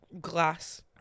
glass